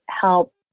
help